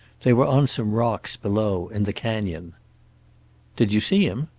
they were on some rocks, below in the canyon did you see him?